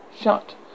shut